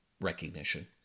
recognition